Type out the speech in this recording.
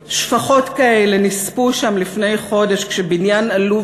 מ-1,000 שפחות כאלה נספו שם לפני חודש כשבניין עלוב